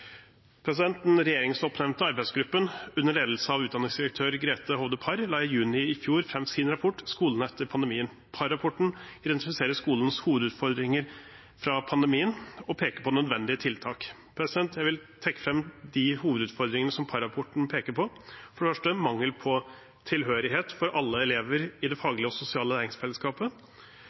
Den regjeringsoppnevnte arbeidsgruppen under ledelse av utdanningsdirektør Grethe Hovde Parr la i juni i fjor fram sin rapport, Skolen etter koronapandemien. Parr-rapporten identifiserer skolens hovedutfordringer fra pandemien og peker på nødvendige tiltak. Jeg vil trekke fram de hovedutfordringene som Parr-rapporten peker på, for det første mangel på tilhørighet for alle elever i det faglige og sosiale